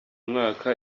mwaka